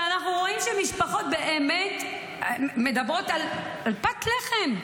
שאנחנו רואים שמשפחות באמת מדברות על פת לחם,